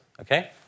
okay